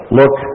look